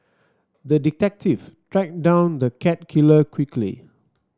the detective tracked down the cat killer quickly